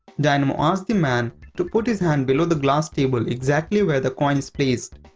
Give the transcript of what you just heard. dynamo asks the man to put his hand below the glass table exactly where the coin is placed.